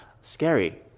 scary